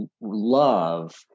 love